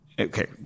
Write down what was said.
Okay